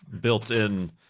built-in